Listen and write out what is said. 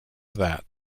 that